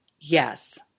yes